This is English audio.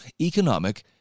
economic